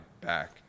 back